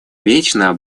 вечно